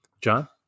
John